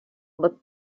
looked